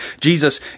Jesus